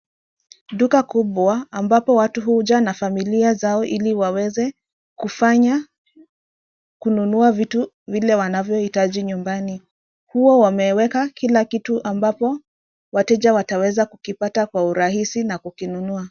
Duka kubwa ambapo watu huja na familia zao ili waweze kufanya, kununua vitu zile wanahitaji nyumbani. Huwa wanaweka kila kitu ambapo wateja wataweza kukipata kwa urahisi na kukinunua.